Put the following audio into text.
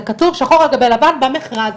זה כתוב שחור על גבי לבן במכרז.